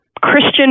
Christian